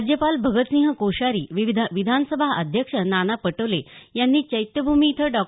राज्यपाल भगतसिंह कोश्यारी विधान सभा अध्यक्ष नाना पटोले यांनी चैत्यभूमी इथं डॉ